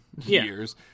years